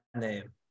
name